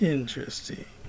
Interesting